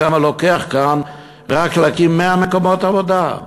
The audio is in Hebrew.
כמה לוקח כאן רק להקים 100 מקומות עבודה,